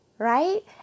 Right